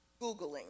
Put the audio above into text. Googling